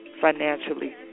financially